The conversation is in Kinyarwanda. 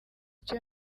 icyo